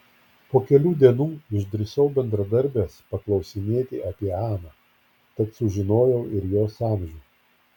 po kelių dienų išdrįsau bendradarbės paklausinėti apie aną tad sužinojau ir jos amžių